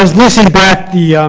um back the.